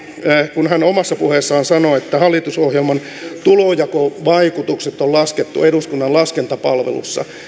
kun hän omassa puheessaan sanoi että hallitusohjelman tulonjakovaikutukset on laskettu eduskunnan laskentapalvelussa